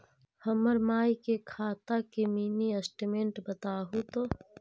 हमर माई के खाता के मीनी स्टेटमेंट बतहु तो?